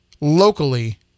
locally